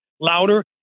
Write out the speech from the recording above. louder